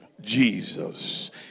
Jesus